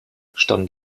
stand